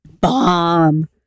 Bomb